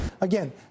again